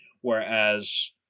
Whereas